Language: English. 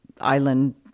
island